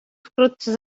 wkrótce